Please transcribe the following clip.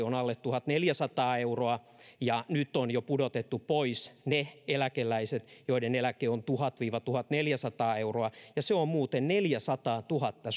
on alle tuhatneljäsataa euroa ja nyt on jo pudotettu pois ne eläkeläiset joiden eläke on tuhat viiva tuhatneljäsataa euroa ja se on muuten neljäsataatuhatta